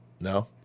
No